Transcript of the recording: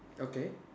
okay